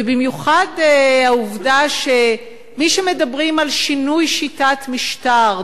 ובמיוחד העובדה שאלה שמדברים על שינוי שיטת משטר,